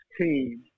team